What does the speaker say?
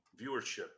viewership